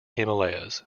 himalayas